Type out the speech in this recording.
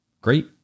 Great